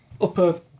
upper